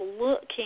looking